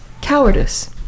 Cowardice